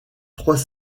trois